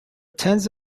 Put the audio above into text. tens